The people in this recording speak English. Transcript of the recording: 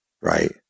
Right